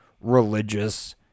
religious